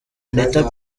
anitha